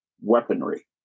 weaponry